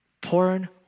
Porn